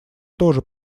тоже